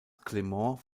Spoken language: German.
clement